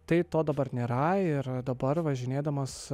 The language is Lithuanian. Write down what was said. tai to dabar nėra ir dabar važinėdamas